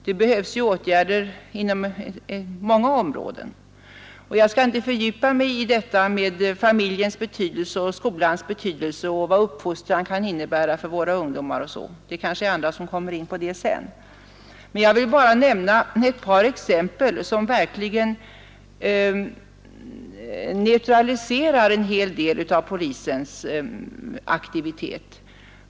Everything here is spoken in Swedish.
Det behövs åtgärder inom många områden. Jag skall inte fördjupa mig i detta med familjens och skolans betydelse och vad uppfostran kan innebära för våra ungdomar. Det kanske andra talare kommer in på senare. Jag vill bara nämna ett par exempel som verkligen neutraliserar en hel del av polisens aktivitet.